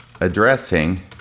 addressing